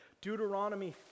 Deuteronomy